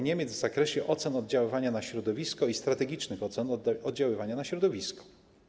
Niemiec w zakresie ocen oddziaływania na środowisko i strategicznych ocen oddziaływania na środowisko.